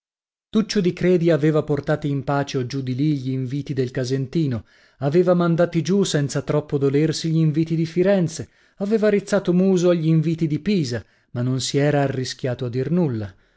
tuccio di credi aveva portati in pace o giù di li gli inviti del casentino aveva mandati giù senza troppo dolersi gl'inviti di firenze aveva rizzato muso agl'inviti di pisa ma non si era arrischiato a dir nulla